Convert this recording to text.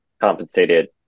compensated